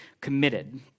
committed